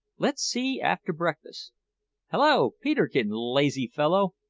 let's see after breakfast hallo, peterkin, lazy fellow!